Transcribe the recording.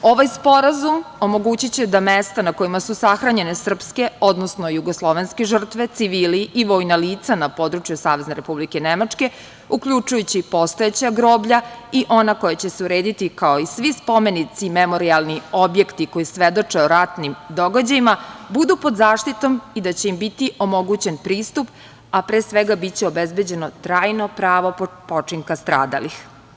Ovaj sporazum omogućiće da mesta na kojima su sahranjene srpske, odnosno jugoslovenske žrtve, civili i vojna lica, na području Savezne Republike Nemačke, uključujući postojeća groblja i ona koja će se urediti, kao i svi spomenici, memorijalni objekti koji svedoče o ratnim događajima, budu pod zaštitom i da će im biti omogućen pristup, a pre svega biće obezbeđeno trajno pravo počinka stradalih.